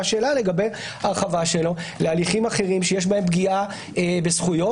השאלה לגבי הרחבתו להליכים אחרים שיש בהם פגיעה בזכויות